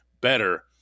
Better